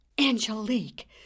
Angelique